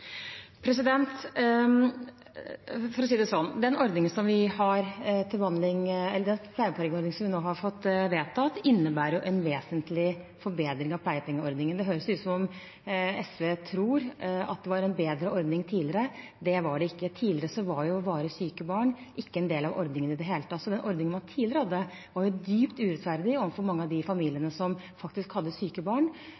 Den pleiepengeordningen som vi nå har fått vedtatt, innebærer en vesentlig forbedring av pleiepengeordningen. Det høres ut som om SV tror det var en bedre ordning tidligere. Det var det ikke. Tidligere var ikke varig syke barn en del av ordningen i det hele tatt. Ordningen man tidligere hadde, var dypt urettferdig overfor mange av familiene som faktisk hadde syke barn, og de